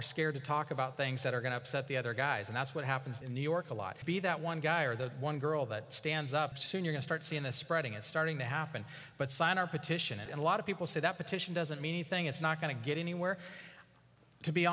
we're scared to talk about things that are going to upset the other guys and that's what happens in new york a lot could be that one guy or that one girl that stands up soon you'll start seeing the spreading it's starting to happen but sign our petition and a lot of people say that petition doesn't mean anything it's not going to get anywhere to be